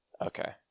okay